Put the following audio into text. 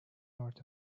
north